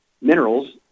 minerals